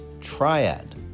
triad